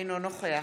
אינו נוכח